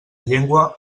llengua